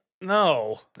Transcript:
No